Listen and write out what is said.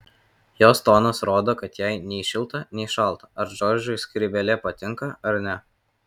jos tonas rodo kad jai nei šilta nei šalta ar džordžui skrybėlė patinka ar ne